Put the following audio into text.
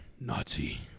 Nazi